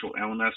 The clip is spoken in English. illness